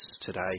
today